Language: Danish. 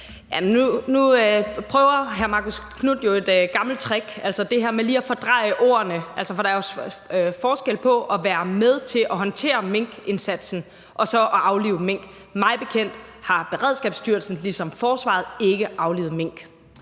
nu prøver hr. Marcus Knuth jo med et gammelt trick, nemlig det her med lige at fordreje ordene. For der er jo forskel på at være med til at håndtere minkindsatsen og så at aflive mink. Mig bekendt har Beredskabsstyrelsen ligesom forsvaret ikke aflivet mink.